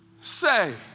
say